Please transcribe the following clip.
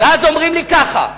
ואז אומרים לי כך,